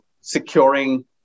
securing